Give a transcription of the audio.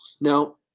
Now